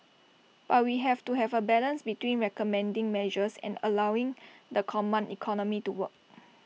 but we have to have A balance between recommending measures and allowing the command economy to work